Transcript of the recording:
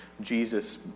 Jesus